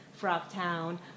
Frogtown